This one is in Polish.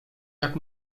jak